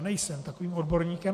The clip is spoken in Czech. Nejsem takovým odborníkem.